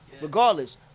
regardless